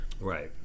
Right